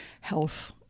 health